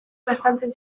laztantzen